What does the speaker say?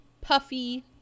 Puffy